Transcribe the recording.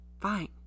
Fine